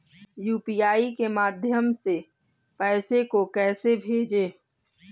UPI के माध्यम से पैसे को कैसे भेजें?